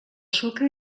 sucre